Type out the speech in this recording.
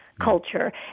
culture